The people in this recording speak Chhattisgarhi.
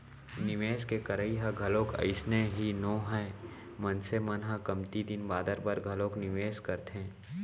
निवेस के करई ह घलोक अइसने ही नोहय मनसे मन ह कमती दिन बादर बर घलोक निवेस करथे